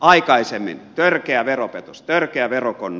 aikaisemmin törkeä veropetos törkeä verokonna